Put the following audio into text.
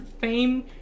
fame